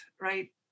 right